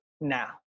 now